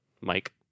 Mike